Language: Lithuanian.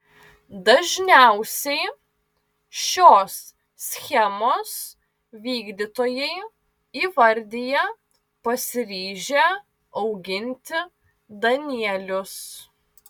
dažniausiai šios schemos vykdytojai įvardija pasiryžę auginti danielius